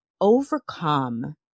overcome